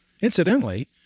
Incidentally